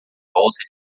volta